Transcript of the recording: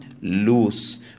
loose